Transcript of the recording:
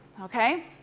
okay